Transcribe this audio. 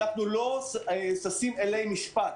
אנחנו לא ששים אלי משפט.